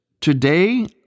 Today